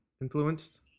influenced